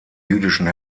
jüdischen